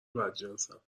بدجنسم